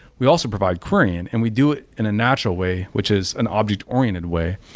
we also provide querying and we do it in a natural way, which is an object-oriented way.